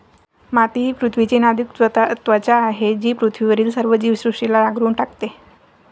माती ही पृथ्वीची नाजूक त्वचा आहे जी पृथ्वीवरील सर्व जीवसृष्टीला नांगरून टाकते